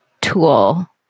tool